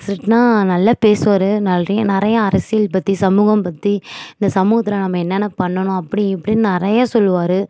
ஸ்ட்ரிட்னா நல்லா பேசுவார் நிறைய நிறைய அரசியல் பற்றி சமூகம் பற்றி இந்த சமூகத்தில் நம்ம என்னென்ன பண்ணணும் அப்படி இப்படின்னு நிறைய சொல்லுவார்